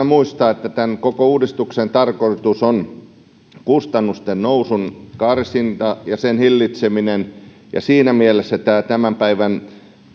muistaa että tämän koko uudistuksen tarkoitus on kustannusten nousun karsinta ja sen hillitseminen ja siinä mielessä tämän päivän